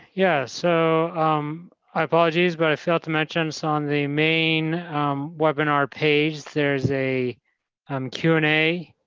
yeah, so um i apologize, but i failed to mention this on the main webinar page. there's a um q and a